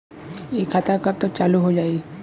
इ खाता कब तक चालू हो जाई?